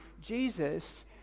Jesus